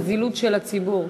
זו זילות של הציבור.